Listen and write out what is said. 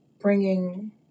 bringing